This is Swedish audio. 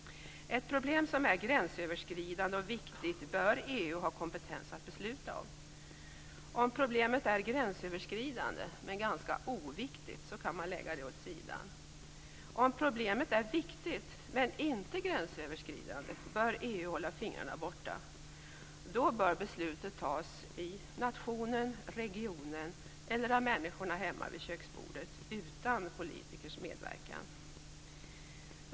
Ett problem som är gränsöverskridande och viktigt bör EU ha kompetens att besluta om. Om problemet är gränsöverskridande men ganska oviktigt kan man lägga det åt sidan. Om problemet är viktigt men inte gränsöverskridande bör EU hålla fingrarna borta. Då bör beslutet fattas i nationen, regionen eller av människorna hemma vid köksbordet utan politikers medverkan.